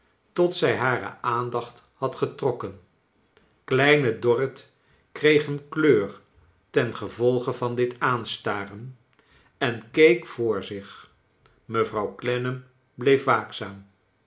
tot zij hare aandacht had getrokken kleine dorrit kreeg een kleur tengevolge van dit aanstaren en keek voor zich mevrouw clennam bleef waakzaam